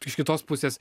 iš kitos pusės